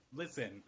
Listen